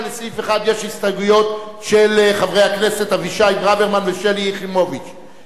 ולסעיף 1 יש הסתייגויות של חברי הכנסת אבישי ברוורמן ושלי יחימוביץ.